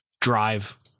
Drive